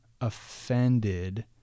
offended